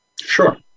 Sure